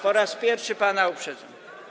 Po raz pierwszy pana uprzedzam.